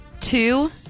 Two